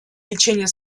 лечение